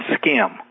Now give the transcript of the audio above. skim